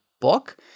book